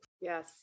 Yes